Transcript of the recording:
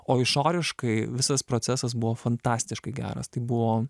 o išoriškai visas procesas buvo fantastiškai geras tai buvo